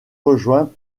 rejoints